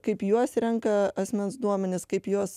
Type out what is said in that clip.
kaip juos renka asmens duomenis kaip jos